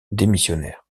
démissionnaire